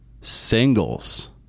singles